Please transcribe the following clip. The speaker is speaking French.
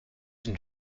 une